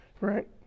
right